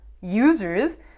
users